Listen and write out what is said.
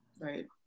right